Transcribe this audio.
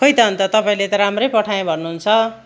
खोइ त अन्त तपाईँले त राम्रै पठाएँ भन्नुहुन्छ